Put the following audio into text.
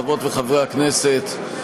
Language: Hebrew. חברות וחברי הכנסת,